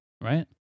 right